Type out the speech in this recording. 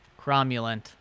Cromulent